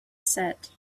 said